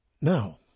Now